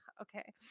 okay